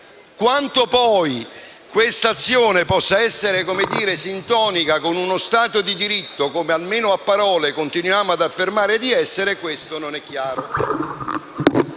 Quanto poi questa azione possa essere sintonica con uno Stato di diritto, come almeno a parole continuiamo ad affermare di essere, questo non è chiaro.